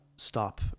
stop